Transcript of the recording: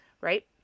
right